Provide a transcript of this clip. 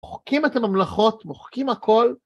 מוחקים את הממלכות, מוחקים הכל.